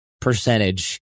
percentage